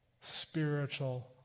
spiritual